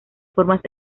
formas